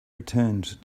returned